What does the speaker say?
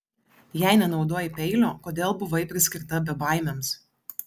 jei nenaudojai peilio kodėl buvai priskirta bebaimiams